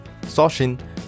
Soshin